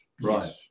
Right